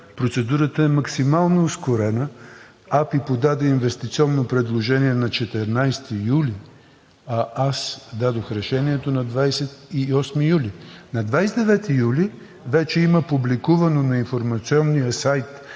Процедурата е максимално ускорена. АПИ подаде инвестиционно предложение на 14 юли, а аз дадох решението на 28 юли. На 29 юли вече има публикувано на информационния сайт